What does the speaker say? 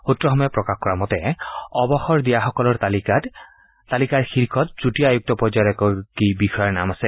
সূত্ৰসমূহে প্ৰকাশ কৰা মতে অৱসৰ দিয়াসকলৰ তালিকাৰ শীৰ্ষত যুটীয়া আয়ুক্ত পৰ্যায়ৰ এগৰাকী বিষয়াৰ নাম আছে